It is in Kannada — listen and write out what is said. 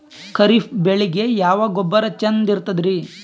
ಖರೀಪ್ ಬೇಳಿಗೆ ಯಾವ ಗೊಬ್ಬರ ಚಂದ್ ಇರತದ್ರಿ?